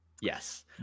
Yes